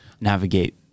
navigate